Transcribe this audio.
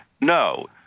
no